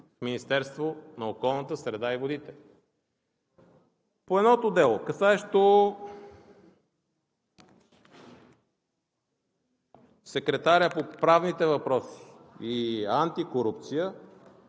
Министерството на околната среда и водите. По едното дело, касаещо секретаря по правните въпроси и антикорупция,